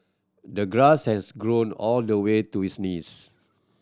the grass has grown all the way to his knees